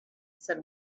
said